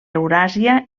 euràsia